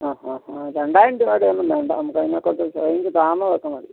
ആ ആ ആ രണ്ടായിരം രൂപയുടെ ഒന്നും വേണ്ട നമ്മൾക്ക് അതിനേക്കാട്ടും റെയിഞ്ച് താ ഴ്ന്നതൊക്കെ മതി